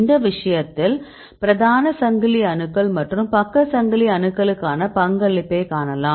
இந்த விஷயத்தில் பிரதான சங்கிலி அணுக்கள் மற்றும் பக்க சங்கிலி அணுக்களுக்கான பங்களிப்பைக் காணலாம்